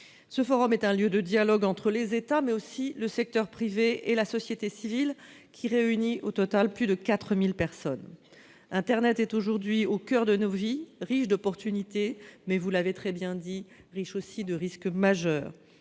Ce forum est un lieu de dialogue entre les États, mais aussi avec le secteur privé et la société civile. Il réunit au total plus de 4 000 personnes. Internet est aujourd'hui au coeur de nos vies. Riche d'opportunités, il comporte aussi, comme vous l'avez très bien dit, des risques majeurs-